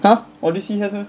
!huh! odyssey have meh